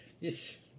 Yes